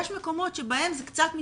יש מקומות שבהם זה קצת מתפורר,